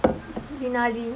விநாடி:vinadi